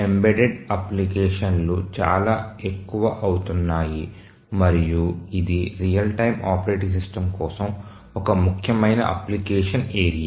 embedded అప్లికేషన్లు చాలా ఎక్కువ అవుతున్నాయి మరియు ఇది రియల్ టైమ్ ఆపరేటింగ్ సిస్టమ్ కోసం ఒక ముఖ్యమైన అప్లికేషన్ ఏరియా